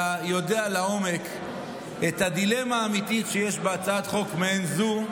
אתה יודע לעומק את הדילמה האמיתית שיש בהצעת חוק מעין זו.